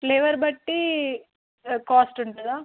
flavour బట్టి cost ఉంటుందా